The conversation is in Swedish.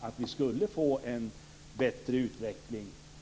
var att vi skulle få en bättre utveckling.